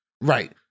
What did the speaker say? right